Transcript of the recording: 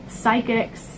psychics